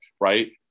right